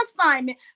assignment